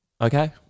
Okay